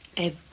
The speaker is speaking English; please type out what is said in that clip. a